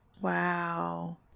Wow